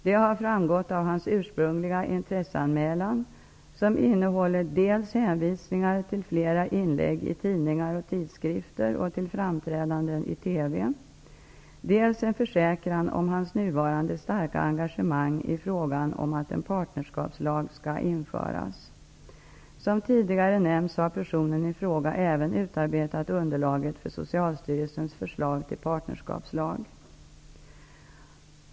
Detta har framgått av hans ursprungliga intresseanmälan som innehåller dels hänvisningar till flera inlägg i tidningar och tidskrifter och till framträdande i TV, dels en försäkran om hans nuvarande starka engagemang i frågan om att en partnerskapslag skall införas. Som tidigare nämnts har personen i fråga även utarbetat underlaget för Socialstyrelsens förslag till partnerskapslag.